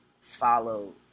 follow